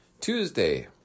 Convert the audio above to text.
Tuesday